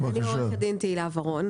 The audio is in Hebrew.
אני עורכת דין תהילה ורון,